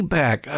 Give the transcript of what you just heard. back